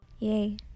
yay